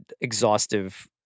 exhaustive